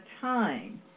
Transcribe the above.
time